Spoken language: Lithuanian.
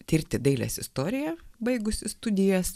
tirti dailės istoriją baigusi studijas